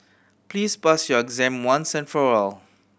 please pass your exam once and for all